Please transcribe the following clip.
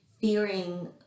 fearing